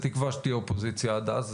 בתקווה שתהיה אופוזיציה עד אז,